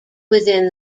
within